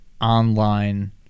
online